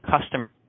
customer